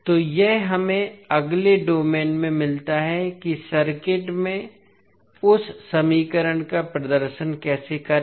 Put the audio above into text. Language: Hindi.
तो यह हमें अगले डोमेन में मिलता है कि सर्किट में उस समीकरण का प्रदर्शन कैसे करें